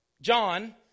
John